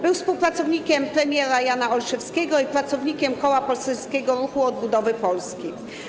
Był on współpracownikiem premiera Jana Olszewskiego i pracownikiem koła poselskiego Ruchu Odbudowy Polski.